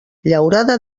llaurada